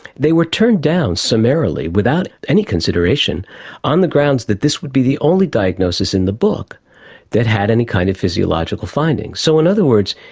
they were turned down summarily without any consideration on the grounds that this would be the only diagnosis in the book that had any kind of physiological findings. so, in other words,